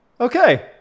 Okay